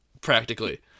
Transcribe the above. practically